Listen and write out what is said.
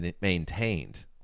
maintained